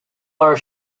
are